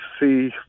see